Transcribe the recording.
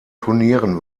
turnieren